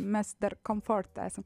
mes dar komforte esam